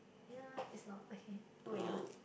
ya it's not okay moving on